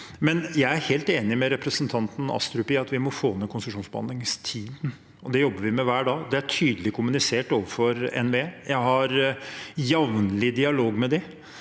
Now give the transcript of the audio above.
helt enig med representanten Astrup i at vi må få ned konsesjonsbehandlingstiden. Det jobber vi med hver dag. Det er tydelig kommunisert overfor NVE. Jeg har jevnlig dialog med dem